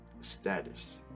Status